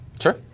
Sure